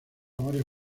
varias